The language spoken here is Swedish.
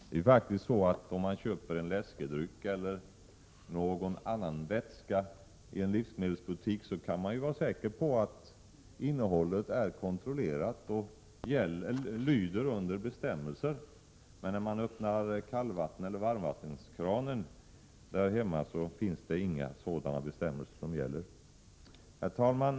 Det är faktiskt så, att man om man köper en läskedryck eller någon annan vätska i en livsmedelsbutik, kan man vara säker på att innehållet är kontrollerat och lyder under bestämmelser. Men när man öppnar kalleller varmvattenkranen där hemma gäller inga sådana bestämmelser. Herr talman!